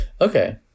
Okay